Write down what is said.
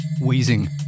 wheezing